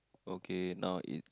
okay now is